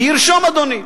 וירשום אדוני.